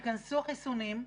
כשייכנסו החיסונים,